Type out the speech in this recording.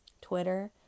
Twitter